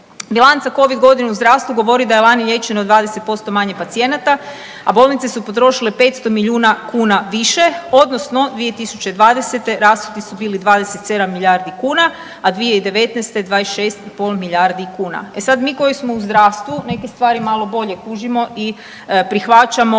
Bilanca covid godinu zdravstva govori da je lani liječeno 20% manje pacijenata, a bolnice su potrošile 500 milijuna kuna više odnosno 2020. rashodi su bili 27 milijardi kuna, a 2019. 26,5 milijardi kuna. E sad, mi koji smo u zdravstvu neke stvari malo bolje kužimo i prihvaćamo